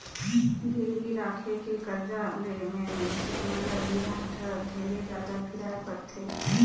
गिरवी राखके करजा ले मे मइनसे मन ल बियाज दर ढेरे जादा फिराय परथे